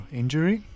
injury